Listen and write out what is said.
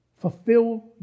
fulfill